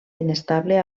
inestable